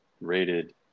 Rated